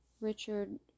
Richard